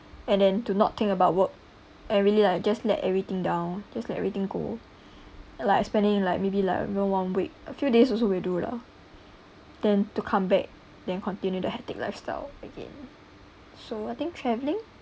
and then to not think about work and really like just let everything down just like everything go like spending like maybe like even one week a few days also will do lah then to come back then continue the hectic lifestyle again so I think traveling